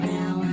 now